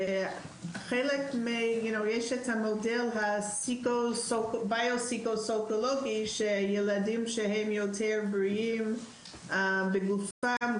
יש את המודל הביו פסיכולוגי שילדים בריאים יותר בגופם,